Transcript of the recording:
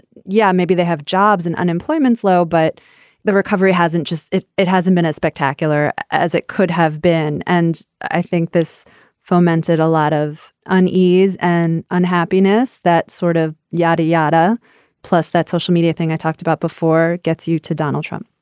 yeah, maybe they have jobs and unemployment's low, but the recovery hasn't just if it hasn't been as spectacular as it could have been. and i think this fomented a lot of unease and unhappiness that sort of yadayada plus that social media thing i talked about before gets you to donald trump